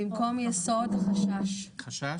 במקום "יסוד" "חשש".